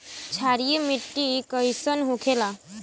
क्षारीय मिट्टी कइसन होखेला?